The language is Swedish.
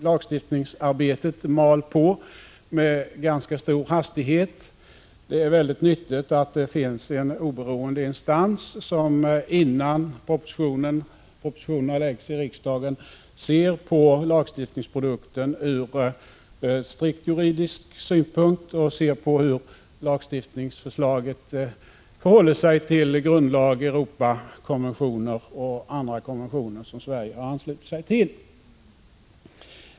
Lagstiftningsarbetet mal på med ganska stor hastighet. Det är mycket nyttigt att det finns en oberoende instans som, innan propositionerna läggs fram för riksdagen, ser på lagstiftningsprodukten ur strikt juridisk synpunkt — och ser hur lagstiftningsförslaget förhåller sig till grundlag, Europakonventioner och andra konventioner som Sverige har anslutit sig till.